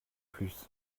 plus